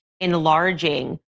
enlarging